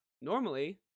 normally